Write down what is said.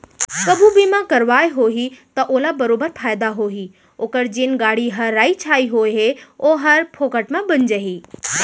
कभू बीमा करवाए होही त ओला बरोबर फायदा होही ओकर जेन गाड़ी ह राइ छाई हो गए हे ओहर फोकट म बन जाही